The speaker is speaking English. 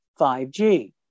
5G